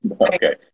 Okay